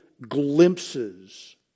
glimpses